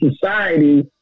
society